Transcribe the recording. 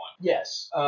yes